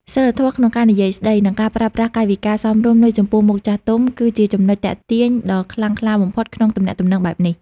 សីលធម៌ក្នុងការនិយាយស្តី និងការប្រើប្រាស់កាយវិការសមរម្យនៅចំពោះមុខចាស់ទុំ គឺជាចំណុចទាក់ទាញដ៏ខ្លាំងក្លាបំផុតក្នុងទំនាក់ទំនងបែបនេះ។